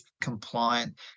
compliant